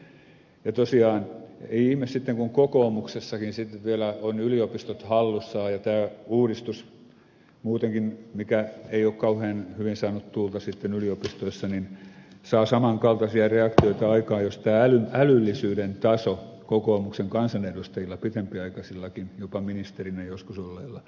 tosiaan ei ihme sitten kun kokoomuksessakin sitten vielä on yliopistot hallussa ja tämä uudistus muutenkin mikä ei ole kauhean hyvin saanut tuulta sitten yliopistoissa saa saman kaltaisia reaktioita aikaan jos tämä älyllisyyden taso kokoomuksen kansanedustajilla pitempiaikaisillakin jopa ministerinä joskus olleilla on tätä